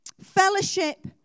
Fellowship